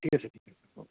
ঠিক আছে ঠিক আছে হ'ব